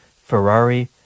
Ferrari